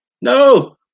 no